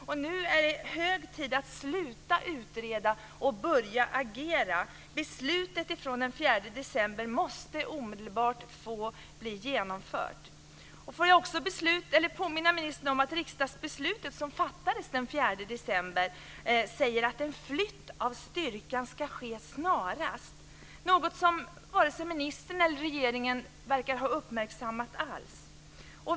Nu är det hög tid att sluta att utreda och börja agera. Beslutet från den 4 december måste omedelbart genomföras. Får jag också påminna ministern om att i riksdagsbeslutet som fattades den 4 december framgår det att en flytt av styrkan ska ske snarast. Det är något som varken ministern eller regeringen verkar ha uppmärksammat.